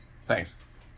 Thanks